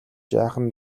жаахан